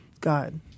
God